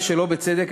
ושלא בצדק,